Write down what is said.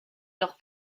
leur